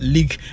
League